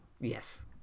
Yes